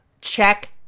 check